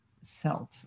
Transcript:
self